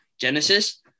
Genesis